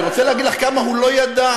אני רוצה להגיד לך כמה הוא לא ידע.